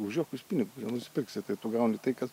už jokius pinigus nenusipirksi tai tu gauni tai kas